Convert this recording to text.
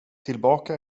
tillbaka